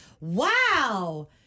wow